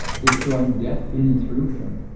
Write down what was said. destroying death in and through him,